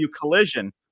Collision